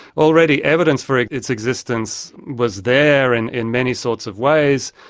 already evidence for its existence was there and in many sorts of ways,